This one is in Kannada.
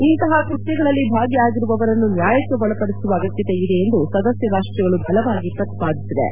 ಇಂತಹ ಕೃತ್ಯಗಳಲ್ಲಿ ಭಾಗಿಯಾಗಿರುವವರನ್ನು ನ್ಯಾಯಕ್ಕೆ ಒಳಪಡಿಸುವ ಅಗತ್ಯತೆ ಇದೆ ಎಂದು ಸದಸ್ಯ ರಾಷ್ಟ್ರಗಳು ಬಲವಾಗಿ ಪ್ರತಿಪಾದಿಸಿವೆ